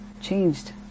changed